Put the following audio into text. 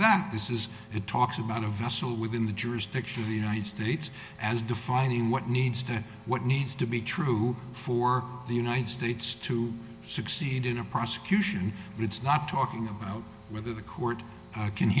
that this is it talks about a vassal within the jurisdiction of the united states as defined in what needs to what needs to be true for the united states to succeed in a prosecution it's not talking about whether the court i can